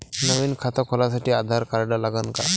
नवीन खात खोलासाठी आधार कार्ड लागन का?